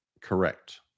Correct